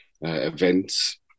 events